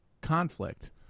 conflict